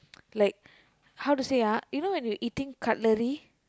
like how to say ah you know when you eating cutlery